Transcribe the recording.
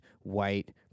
white